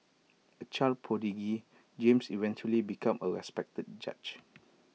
A child prodigy James eventually became A respected judge